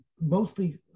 mostly